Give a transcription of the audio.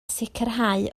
sicrhau